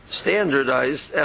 standardized